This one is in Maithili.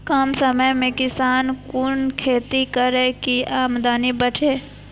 कम समय में किसान कुन खैती करै की आमदनी बढ़े?